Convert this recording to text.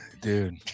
Dude